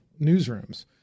newsrooms